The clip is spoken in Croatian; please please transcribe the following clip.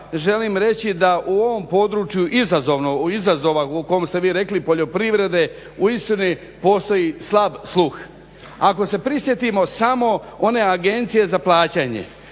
želim reći da u ovom području izazova o kome ste vi rekli poljoprivrede uistinu postoji slab sluh. Ako se prisjetimo samo one Agencije za plaćanje,